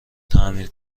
تعمیر